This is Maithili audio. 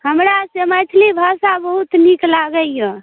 हमरा से मैथिली भाषा बहुत नीक लागैय